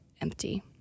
empty